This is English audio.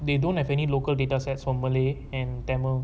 they don't have any local data sets for malay and tamil